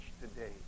today